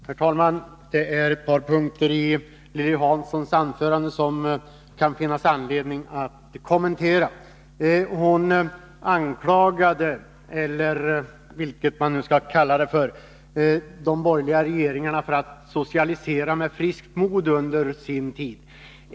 Herr talman! Det är några punkter i Lilly Hanssons anförande som det kan finnas anledning att kommentera. Hon anklagade, eller vad man nu skall kalla det för, de borgerliga regeringarna för att ha socialiserat med friskt mod under sin tid.